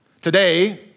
Today